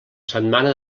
setmana